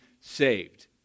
saved